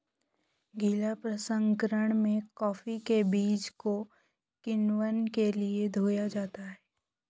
गीला प्रसंकरण में कॉफी के बीज को किण्वन के लिए धोया जाता है